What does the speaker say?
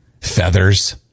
feathers